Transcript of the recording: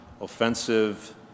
offensive